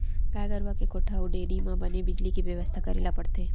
गाय गरूवा के कोठा अउ डेयरी म बने बिजली के बेवस्था करे ल परथे